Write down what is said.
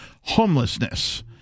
homelessness